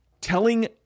telling